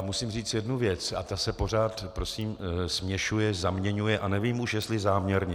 Musím říct jednu věc a ta se pořád prosím směšuje, zaměňuje a nevím už, jestli záměrně.